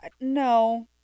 No